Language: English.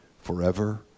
forever